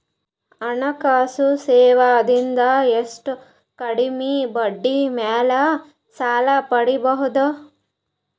ಹಣಕಾಸು ಸೇವಾ ದಿಂದ ಎಷ್ಟ ಕಮ್ಮಿಬಡ್ಡಿ ಮೇಲ್ ಸಾಲ ಪಡಿಬೋದ?